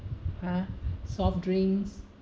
ha soft drinks